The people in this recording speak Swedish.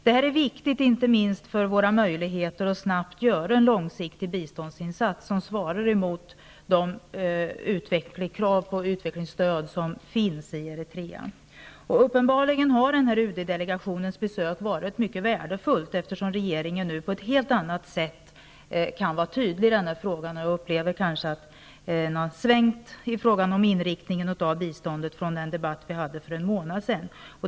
Det här är viktigt inte minst för våra möjligheter att snabbt göra en långsiktig biståndsinsats som svarar mot de krav på utvecklingsstöd som finns i Eritrea. Uppenbarligen har UD-delegationens besök varit mycket värdefullt, eftersom regeringen på ett helt annat sätt än tidigare kan vara tydlig i frågan. Jag upplever det kanske så, att man har svängt i fråga om inriktningen av biståndet sedan den debatt vi hade för en månad sedan.